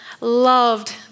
loved